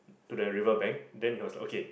to the river bank then it was like okay